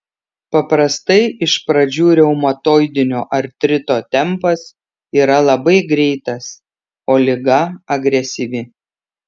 paprastai iš pradžių reumatoidinio artrito tempas yra labai greitas o liga agresyvi